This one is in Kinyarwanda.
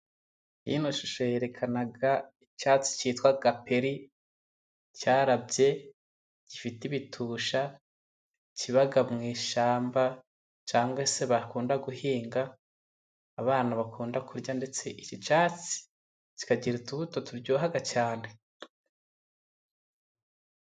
Iyo ma shusho yerekanaga icyatsi cyitwa caperi, cyarabye gifite ibitusha kibaga mu ishyamba, cyangwa se bakunda guhinga, abana bakunda kurya ndetse iki cyatsi kikagira utubuto turyoha cyane.